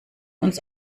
uns